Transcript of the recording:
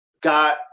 got